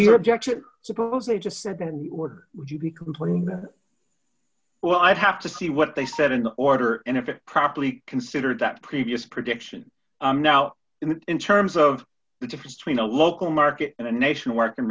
of your objection suppose they just said and would you be complaining that well i'd have to see what they said in the order and if it properly considered that previous prediction i'm now in in terms of the difference between a local market and a nation work